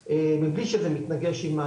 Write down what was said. מבחינתך?